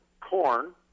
corn